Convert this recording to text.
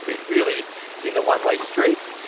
it really is a one-way street.